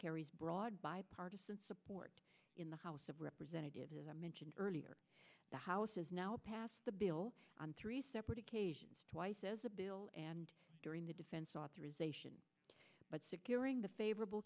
carries broad bipartisan support in the house of representatives as i mentioned earlier the house has now passed the bill on three separate occasions twice as a bill and during the defense authorization but securing the favorable